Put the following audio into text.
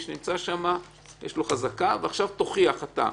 שנמצא שם יש לו חזקה ועכשיו אתה תוכיח.